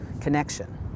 connection